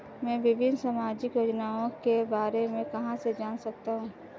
मैं विभिन्न सामाजिक योजनाओं के बारे में कहां से जान सकता हूं?